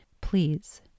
Please